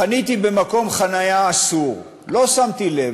חניתי במקום חניה אסור, לא שמתי לב.